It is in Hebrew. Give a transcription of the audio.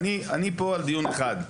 אני פה על דיון אחד.